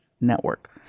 network